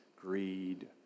greed